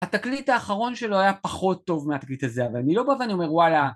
התקליט האחרון שלו היה פחות טוב מהתקליט הזה, אבל אני לא בא ואני אומר וואלה